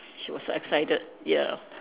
she was so excited ya